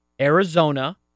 Arizona